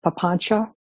Papancha